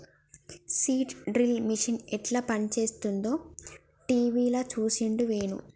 seed drill machine యెట్ల పనిచేస్తదో టీవీల చూసిండు వేణు